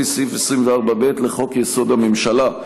לפי סעיף 24(ב) לחוק-יסוד: הממשלה.